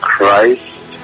Christ